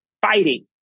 fighting